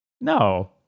No